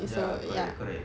ya correct correct